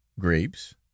grapes